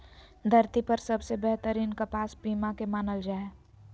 धरती पर सबसे बेहतरीन कपास पीमा के मानल जा हय